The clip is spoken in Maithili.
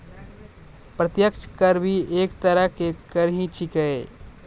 प्रत्यक्ष कर भी एक तरह के कर ही छेकै